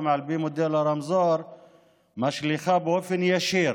על פי מודל הרמזור משליכה באופן ישיר